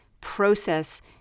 process